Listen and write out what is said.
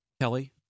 kelly